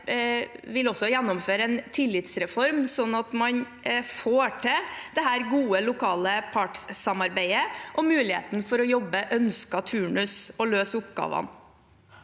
vil også gjennomføre en tillitsreform, slik at man får til dette gode lokale partssamarbeidet og muligheten for å jobbe ønsket turnus og løse oppgavene.